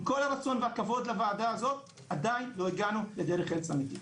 עם כל הרצון והכבוד לוועדה הזאת עדיין לא הגענו לדרך ארץ אמיתית.